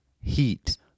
heat